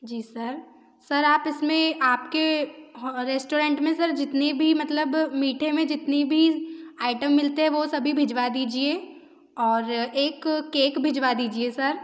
जी sir sir आप इसमें आपके रेस्टोरेंट में सर जितनी भी मतलब मीठे में जितने भी आइटम मिलते हैं वो सभी भिजवा दीजिए और एक केक भिजवा दीजिए सर